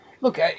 look